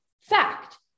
Fact